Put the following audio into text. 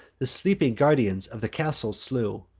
the sleeping guardians of the castle slew,